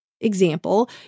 example